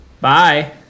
Bye